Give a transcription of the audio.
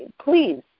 please